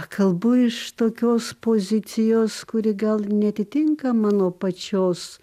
kalbu iš tokios pozicijos kuri gal neatitinka mano pačios